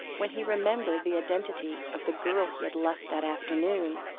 when he remembered the identity of the girl he had left that afternoon,